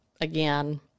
again